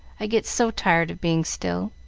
i get so tired of being still.